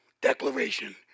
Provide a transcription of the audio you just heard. declaration